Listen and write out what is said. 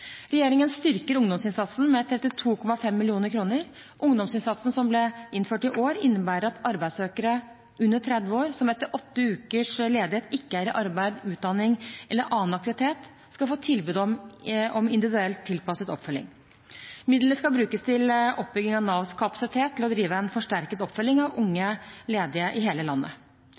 Regjeringen styrker ungdomsinnsatsen med 32,5 mill. kr. Ungdomsinnsatsen, som ble innført i år, innebærer at arbeidssøkere under 30 år som etter åtte ukers ledighet ikke er i arbeid, utdanning eller annen aktivitet, skal få tilbud om individuelt tilpasset oppfølging. Midlene skal brukes til oppbygging av Navs kapasitet til å drive en forsterket oppfølging av unge ledige i hele landet.